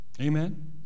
Amen